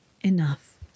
enough